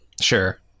Sure